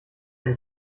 wenn